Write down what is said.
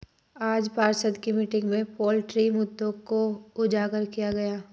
आज पार्षद की मीटिंग में पोल्ट्री मुद्दों को उजागर किया गया